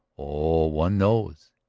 oh, one knows.